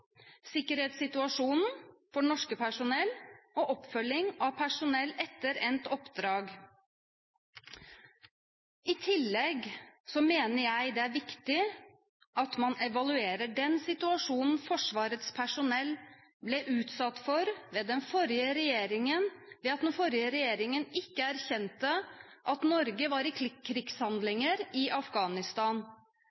sikkerhetssituasjonen for norsk personell og oppfølging av personell etter endt oppdrag. I tillegg mener jeg det er viktig at man evaluerer situasjonen Forsvarets personell ble utsatt for, ved at den forrige regjeringen ikke erkjente at Norge var i